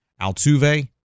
Altuve